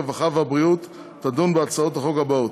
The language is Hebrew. הרווחה והבריאות תדון בהצעות החוק שלהלן: